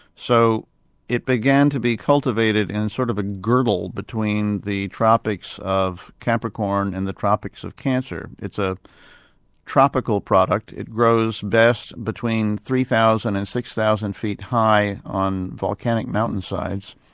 so it began to be cultivated in sort of a girdle between the tropics of capricorn and the tropics of cancer. it's a tropical product, it grows best between three thousand and six thousand feet high on volcanic mountainsides.